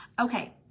Okay